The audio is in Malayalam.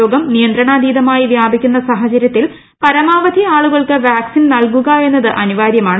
രോഗം നിയന്ത്രണാതീതമായി വ്യാപിക്കുന്ന സാഹചര്യത്തിൽ പരമാവധി ആളുകൾക്ക് വാക്സിൻ നൽകുക എന്നത് അനിവാര്യമാണ്